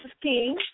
King